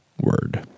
word